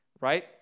right